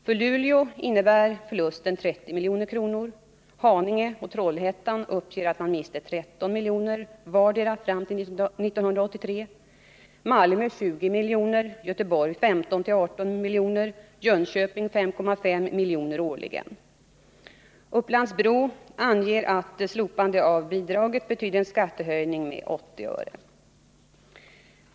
För Luleå innebär förlusten 30 milj.kr., Haninge och Trollhättan uppger att man mister 13 miljoner vardera fram till 1983, Malmö 20 miljoner, Göteborg 15-18 miljoner och Jönköping 5,5 miljoner årligen. Upplands-Bro anger att slopandet av statsbidraget betyder en skattehöjning med 80 öre.